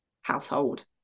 household